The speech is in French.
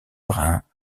brun